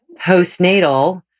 postnatal